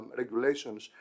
regulations